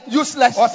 useless